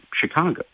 Chicago